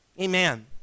Amen